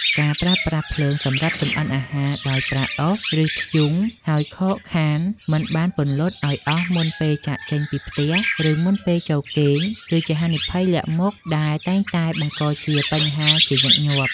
ការប្រើប្រាស់ភ្លើងសម្រាប់ចម្អិនអាហារដោយប្រើអុស ឬធ្យូង ហើយខកខានមិនបានពន្លត់ឱ្យអស់មុនពេលចាកចេញពីផ្ទះ ឬមុនពេលចូលគេង គឺជាហានិភ័យលាក់មុខដែលតែងតែបង្កជាបញ្ហាជាញឹកញាប់។